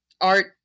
art